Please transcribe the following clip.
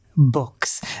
books